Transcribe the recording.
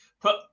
put